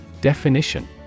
Definition